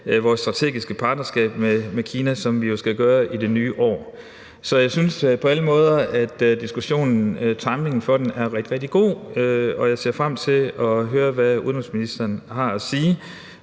vores strategiske partnerskab med Kina, som vi jo skal gøre i det nye år. Jeg synes på alle måder, at diskussionen og timingen for den er rigtig, rigtig god, og jeg ser frem til at høre, hvad udenrigsministeren har at sige.